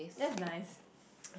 that's nice